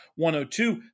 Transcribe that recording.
102